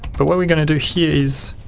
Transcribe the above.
but what we're going to do here is